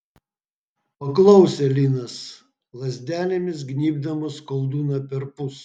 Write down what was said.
paklausė linas lazdelėmis gnybdamas koldūną perpus